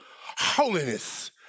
holiness